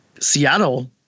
Seattle